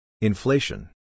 Inflation